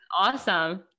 Awesome